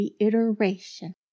reiteration